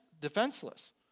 defenseless